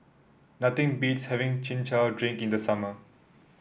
nothing beats having Chin Chow Drink in the summer